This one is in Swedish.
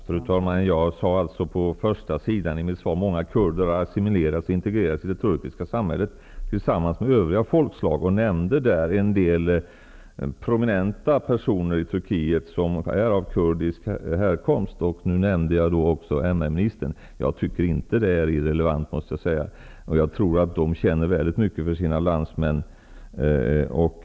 Fru talman! Jag sade i början av mitt svar att ''många kurder har assimilerats och integrerats i det turkiska samhället tillsammans med övriga folkslag''. Jag nämnde där en del prominenta personer i Turkiet som är av kurdisk härkomst. Nu nämnde jag också MR-ministern. Jag tycker inte att det är irrelevant. Jag tror att de känner mycket för sina landsmän.